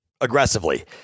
aggressively